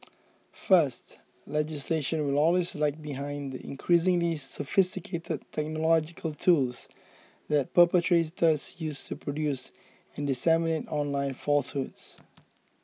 first legislation will always lag behind the increasingly sophisticated technological tools that perpetrators use to produce and disseminate online falsehoods